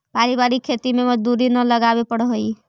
पारिवारिक खेती में मजदूरी न लगावे पड़ऽ हइ